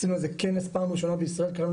עשינו על זה כנס פעם ראשונה בישראל,